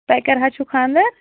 تۄہہِ کَر حظ چھُو خانٛدَر